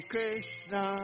Krishna